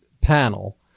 panel